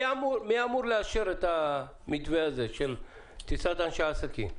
מי אמור לאשר את המתווה של טיסת אנשי עסקים?